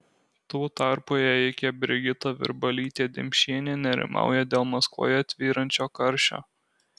tuo tarpu ėjikė brigita virbalytė dimšienė nerimauja dėl maskvoje tvyrančio karščio